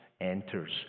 enters